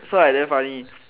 so I damn funny